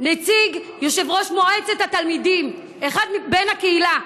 נציג יושב-ראש מועצת התלמידים, בן הקהילה.